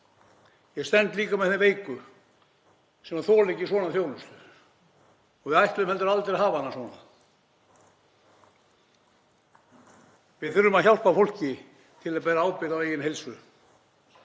Ég stend líka með þeim veiku sem þola ekki svona þjónustu, og við ætluðum heldur aldrei að hafa hana svona. Við þurfum að hjálpa fólki að bera ábyrgð á eigin heilsu